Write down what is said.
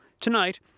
tonight